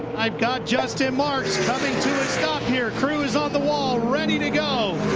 got justin marks coming to a stop here. crews on the wall ready to go.